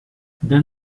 then